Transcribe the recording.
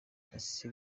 ese